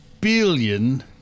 billion